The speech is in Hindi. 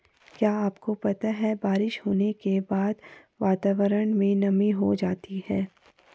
क्या आपको पता है बारिश होने के बाद वातावरण में नमी हो जाती है?